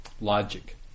logic